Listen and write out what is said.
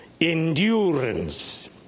endurance